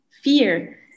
fear